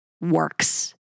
works